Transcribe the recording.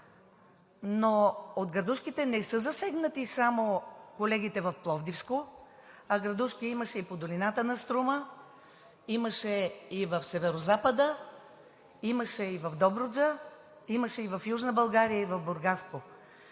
Но от градушките не са засегнати само колегите в Пловдивско, градушки имаше и по долината на Струма, имаше и в Северозапада, имаше и в Добруджа, имаше и в Южна България, и в Бургаско.